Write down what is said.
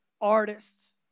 artists